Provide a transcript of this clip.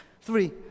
Three